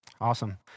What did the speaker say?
Awesome